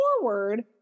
forward